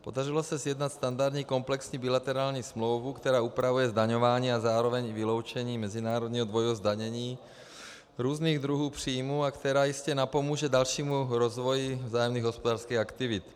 Podařilo se sjednat standardní komplexní bilaterální smlouvu, která upravuje zdaňování a zároveň i vyloučení mezinárodního dvojího zdanění různých druhů příjmů a která jistě napomůže dalšímu rozvoji vzájemných hospodářských aktivit.